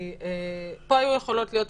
כי פה היו יכולות להיות תפיסות,